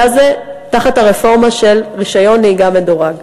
הזה תחת הרפורמה של רישיון נהיגה מדורג.